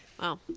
Wow